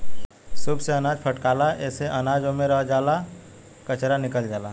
सूप से अनाज फटकाला एसे अनाज ओमे रह जाला आ कचरा निकल जाला